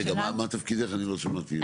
רגע, מה תפקידך אני לא שמעתי?